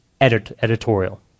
editorial